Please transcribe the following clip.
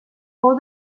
fou